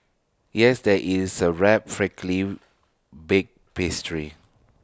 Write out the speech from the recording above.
yes there is sir wrapped flaky baked pastry